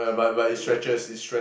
really thin